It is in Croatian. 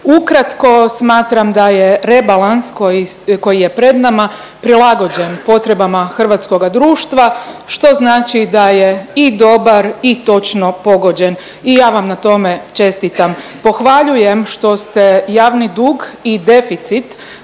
ukratko smatram da je rebalans koji je pred nama prilagođen potrebama hrvatskoga društva, što znači da je i dobar i točno pogođen i ja vam na tome čestitam. Pohvaljujem što ste javni dug i deficit